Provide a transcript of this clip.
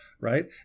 right